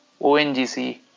ONGC